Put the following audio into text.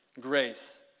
grace